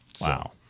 Wow